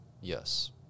Yes